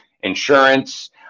insurance